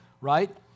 right